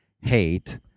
hate